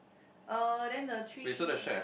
uh then the tree